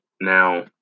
now